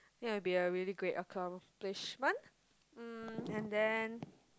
it will be a really great accomplishment mm and then